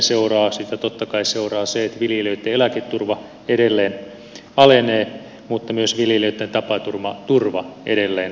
siitä totta kai seuraa se että viljelijöitten eläketurva edelleen alenee mutta myös viljelijöitten tapaturmaturva edelleen alenee